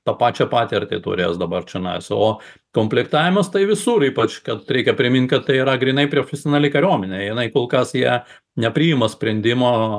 tą pačią patirtį turės dabar čionais o komplektavimas tai visur ypač kad reikia primint kad tai yra grynai profesionali kariuomenė jinai kol kas jie nepriima sprendimo